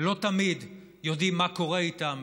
ולא תמיד יודעים מה קורה איתם,